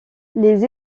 les